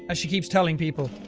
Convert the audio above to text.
ah she keeps telling people.